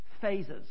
phases